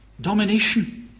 domination